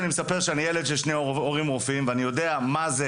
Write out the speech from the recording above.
אני ילד לשני הורים רופאים ואני יודע מה זה